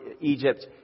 Egypt